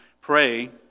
pray